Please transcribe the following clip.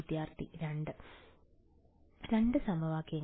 വിദ്യാർത്ഥി രണ്ട് 2 സമവാക്യങ്ങൾ